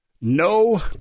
No